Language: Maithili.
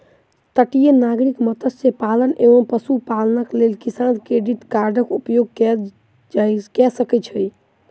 तटीय नागरिक मत्स्य पालन एवं पशुपालनक लेल किसान क्रेडिट कार्डक उपयोग कय सकै छै